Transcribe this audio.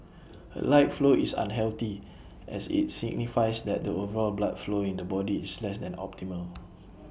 A light flow is unhealthy as IT signifies that the overall blood flow in the body is less than optimal